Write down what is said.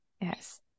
yes